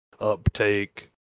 uptake